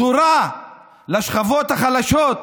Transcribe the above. בשורה לשכבות החלשות.